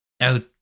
out